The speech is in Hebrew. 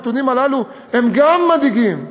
הנתונים הללו הם גם מדאיגים,